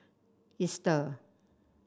Easter